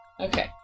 Okay